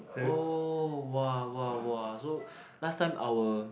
oh !wah! !wah! !wah! so last time our